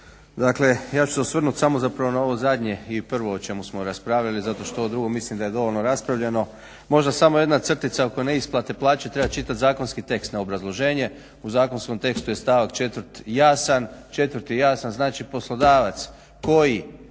Dakle ja ću se osvrnuti samo zapravo na ovo zadnje i prvo o čemu smo raspravljali, zato što ovo drugo mislim da je dovoljno raspravljeno. Možda samo jedna crtica oko neisplate plaće, treba čitati zakonski tekst na obrazloženje, u zakonskom tekstu je stavak 4. jasan, znači poslodavac koji